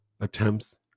attempts